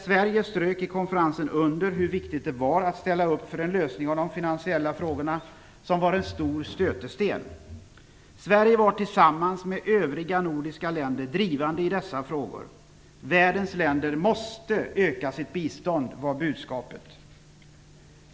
Sverige strök i konferensen under hur viktigt det var att ställa upp för en lösning av de finansiella frågorna, som var en stor stötesten. Sverige var tillsammans med övriga nordiska länder drivande i dessa frågor. Världens länder måste öka sitt bistånd, var budskapet.